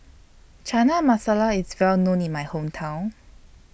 Chana Masala IS Well known in My Hometown